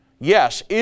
Yes